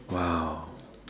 !wow!